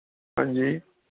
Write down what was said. ਹਾਂਜੀ